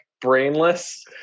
brainless